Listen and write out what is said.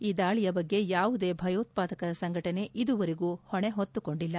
ಈ ದಾಳಿಯ ಬಗ್ಗೆ ಯಾವುದೇ ಭಯೋತ್ಪಾದಕ ಸಂಘಟನೆ ಇದುವರೆಗೆ ಹೊಣೆ ಹೊತ್ತು ಕೊಂಡಿಲ್ಲ